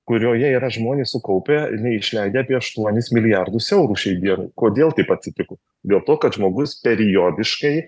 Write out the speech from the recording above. kurioje yra žmonės sukaupę neišleidę apie aštuonis milijardus eurų šiai dienai kodėl taip atsitiko dėl to kad žmogus periodiškai